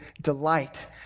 delight